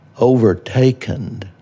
overtaken